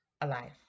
alive